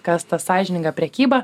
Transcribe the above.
kas ta sąžininga prekyba